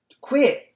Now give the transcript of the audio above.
quit